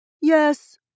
Yes